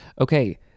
Okay